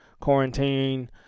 quarantine